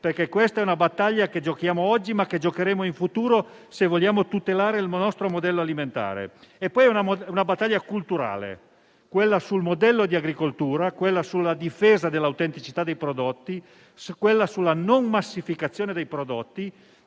perché questa è una battaglia che giochiamo oggi, ma che giocheremo in futuro se vogliamo tutelare il nostro modello alimentare. È altresì una battaglia culturale sul modello di agricoltura, sulla difesa dell'autenticità e la non massificazione dei prodotti.